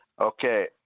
okay